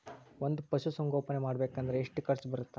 ಒಂದ್ ಪಶುಸಂಗೋಪನೆ ಮಾಡ್ಬೇಕ್ ಅಂದ್ರ ಎಷ್ಟ ಖರ್ಚ್ ಬರತ್ತ?